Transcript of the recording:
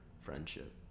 friendship